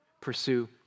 pursue